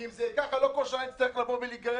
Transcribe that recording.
כי אם זה ככה לא כל חודשיים צריך לבוא ולהיגרר.